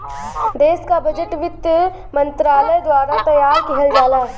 देश क बजट वित्त मंत्रालय द्वारा तैयार किहल जाला